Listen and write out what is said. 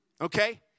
Okay